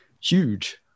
huge